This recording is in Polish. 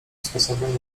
sposobem